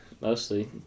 Mostly